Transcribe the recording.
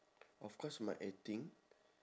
of course my acting